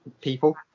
people